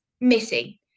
missing